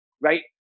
right